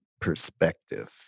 perspective